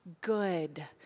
good